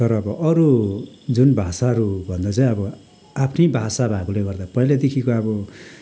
तर अब अरू जुन भाषाहरूभन्दा चाहिँ अब आफ्नै भाषा भएकोले गर्दा पहिल्यैदेखिको अब